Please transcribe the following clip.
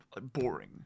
boring